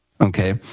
okay